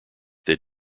that